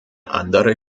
andere